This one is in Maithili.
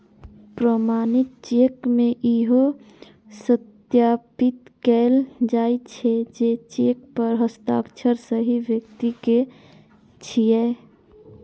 प्रमाणित चेक मे इहो सत्यापित कैल जाइ छै, जे चेक पर हस्ताक्षर सही व्यक्ति के छियै